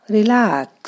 Relax